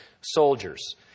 soldiers